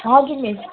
हजुर मिस